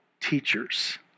teachers